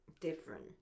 Different